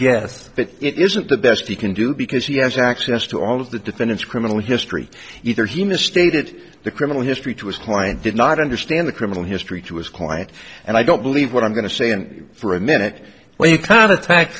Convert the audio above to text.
guess but it isn't the best he can do because he has access to all of the defendant's criminal history either he misstated the criminal history to his client did not understand the criminal history to his client and i don't believe what i'm going to say and for a minute well you kind of tax